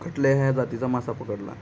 कटला ह्या जातीचा मासा पकडला